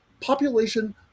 population